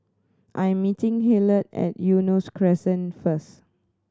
I am meeting Hillard at Eunos Crescent first